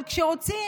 אבל כשרוצים,